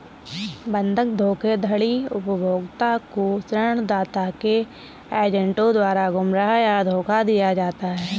बंधक धोखाधड़ी उपभोक्ता को ऋणदाता के एजेंटों द्वारा गुमराह या धोखा दिया जाता है